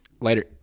Later